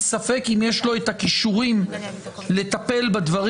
ספק אם יש לו את הכישורים לטפל בדברים.